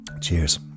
Cheers